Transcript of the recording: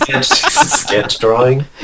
Sketch-drawing